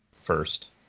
first